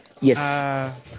Yes